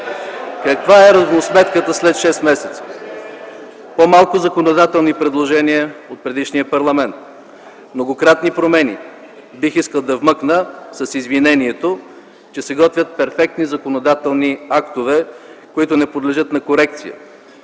Каква е равносметката след 6 месеца? По-малко законодателни предложения от предишния парламент, многократни промени с извинението – бих искал да вмъкна – че се готвят перфектни законодателни актове, които не подлежат на корекции.